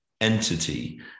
entity